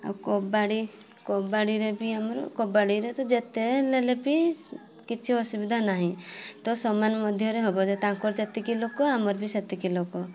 ଆଉ କବାଡ଼ି କବାଡ଼ିରେ ବି ଆମର କବାଡ଼ିରେ ତ ଯେତେ ହେଲେଲେ ବି ସୁ କିଛି ଅସୁବିଧା ନାହିଁ ତ ସମାନ ମଧ୍ୟରେ ହବ ଯେ ତାଙ୍କର ଯେତିକି ଲୋକ ଆମର ଆମର ବି ସେତିକି ଲୋକ